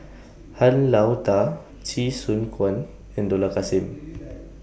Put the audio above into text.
Han Lao DA Chee Soon Juan and Dollah Kassim